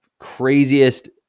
craziest